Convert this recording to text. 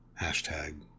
Hashtag